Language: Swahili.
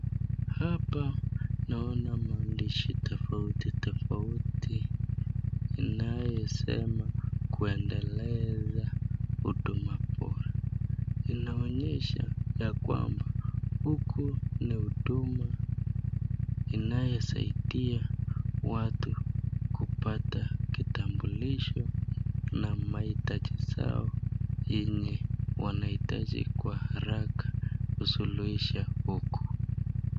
Hapa naona maandishi tofauti tofauti inayosema kuendeleza huduma bora . Inaonyesha ya kwamba huku ni huduma inayosaidia watu kupata kitambulisho na mahitaji zao yenye wanahitaji kwa haraka kusuluhisha huko.